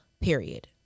period